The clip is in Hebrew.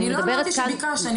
אני לא אמרתי שביקשת,